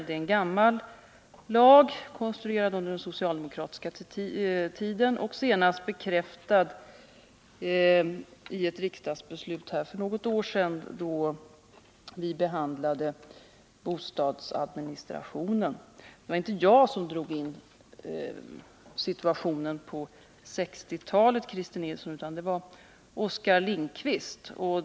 Det är en gammal lag, konstruerad under den socialdemokratiska tiden och senast bekräftad i ett riksdagsbeslut för något år sedan då vi behandlade bostadsadministratio Det var inte jag som drog in situationen på 1960-talet, Christer Nilsson, utan det var Oskar Lindkvist.